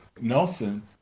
nelson